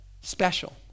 special